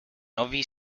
novi